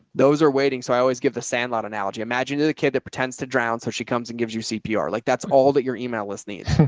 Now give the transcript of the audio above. those are waiting. so i always give the sandlot analogy. imagine you're the kid that pretends to drown. so she comes and gives you cpr. like that's all that your email list needs.